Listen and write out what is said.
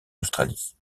australie